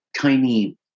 tiny